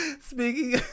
speaking